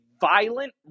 violent